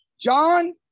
John